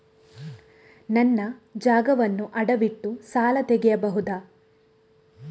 ನನ್ನ ಜಾಗವನ್ನು ಅಡವಿಟ್ಟು ಸಾಲ ತೆಗೆಯಬಹುದ?